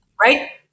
Right